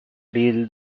deal